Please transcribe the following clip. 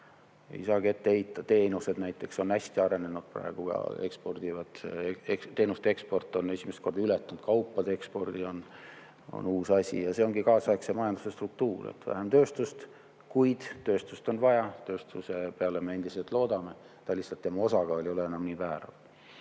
ei saagi ette heita. Teenused näiteks on hästi arenenud, ka eksporditavad teenused. Teenuste eksport on esimest korda ületanud kaupade ekspordi. See on uus asi ja see ongi kaasaegse majanduse struktuur, et vähem on tööstust. Kuid tööstust on vaja, tööstuse peale me endiselt loodame, lihtsalt tema osakaal ei ole enam nii määrav.